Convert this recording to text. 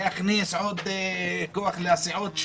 להכניס עוד כוח לסיעות,